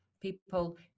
People